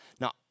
Now